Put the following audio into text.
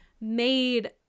made